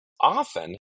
often